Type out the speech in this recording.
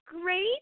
great